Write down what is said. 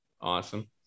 Awesome